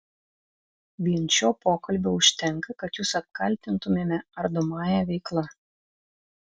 vien šio pokalbio užtenka kad jus apkaltintumėme ardomąja veikla